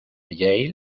yale